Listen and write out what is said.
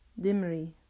Dimri